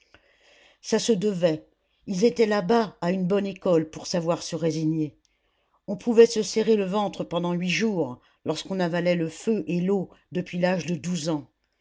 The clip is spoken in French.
ça se devait ils étaient là-bas à une bonne école pour savoir se résigner on pouvait se serrer le ventre pendant huit jours lorsqu'on avalait le feu et l'eau depuis l'âge de douze ans